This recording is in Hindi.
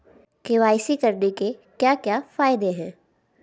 के.वाई.सी करने के क्या क्या फायदे हैं?